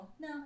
no